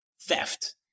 theft